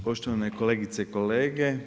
Poštovane kolegice i kolege.